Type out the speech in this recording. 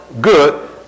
good